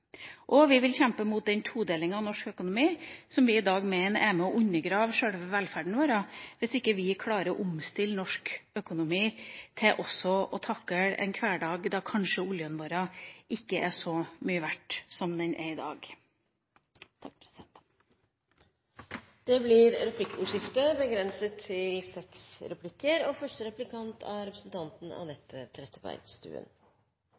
fattige. Vi vil kjempe mot den todelingen av norsk økonomi som vi i dag mener er med på å undergrave selve velferden vår hvis vi ikke klarer å omstille norsk økonomi til også å takle en hverdag der oljen vår kanskje ikke er så mye verdt som den er i dag. Det blir replikkordskifte. Representanten